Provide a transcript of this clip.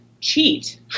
cheat